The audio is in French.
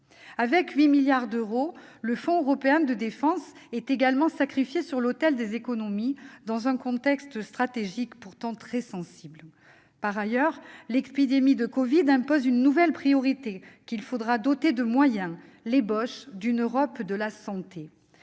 Avec 8 milliards d'euros, le Fonds européen de la défense est également sacrifié sur l'autel des économies, dans un contexte stratégique pourtant très sensible. Par ailleurs, l'épidémie de Covid-19 impose une nouvelle priorité qu'il faudra doter de moyens : l'ébauche d'une Europe de la santé.